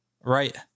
right